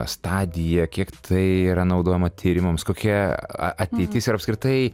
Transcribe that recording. stadija kiek tai yra naudojama tyrimams kokia a ateitis ir apskritai